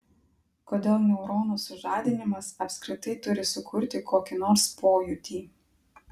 kodėl neuronų sužadinimas apskritai turi sukurti kokį nors pojūtį